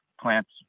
plants